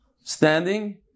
standing